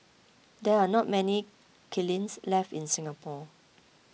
there are not many kilns left in Singapore